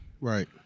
right